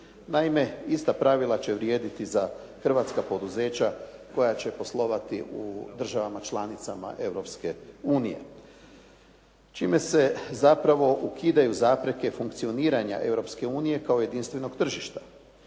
Naime, ista pravila će vrijediti za hrvatska poduzeća koja će poslovati u državama članicama Europske unije čime se zapravo ukidaju zapreke funkcioniranja Europske unije kao jedinstvenog tržišta.